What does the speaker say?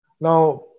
Now